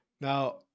Now